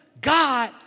God